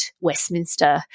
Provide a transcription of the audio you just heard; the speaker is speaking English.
Westminster